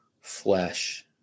flesh